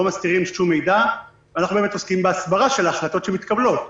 לא מסתירים שום מידע ואנחנו באמת עוסקים בהסברה של ההחלטות שמתקבלות.